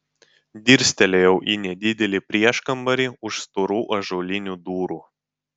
dirstelėjau į nedidelį prieškambarį už storų ąžuolinių durų